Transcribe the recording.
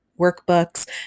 workbooks